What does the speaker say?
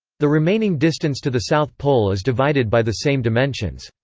the remaining distance to the south pole is divided by the same dimensions.